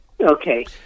Okay